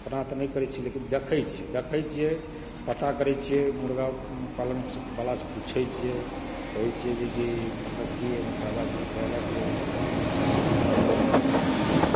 अपना तऽ नहि करए छी लेकिन देखै छी देखै छियै पता करए छियै मुर्गा पालन वलासंँ पूछय छियै कहय छियै जेकि मतलब की एहिमे फायदा छै तऽ कहलक जे से अस्सी मतलब ई